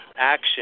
action